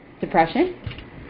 depression